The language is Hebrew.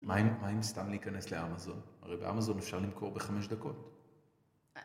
מה עם סתם להיכנס לאמזון? הרי באמזון אפשר למכור בחמש דקות.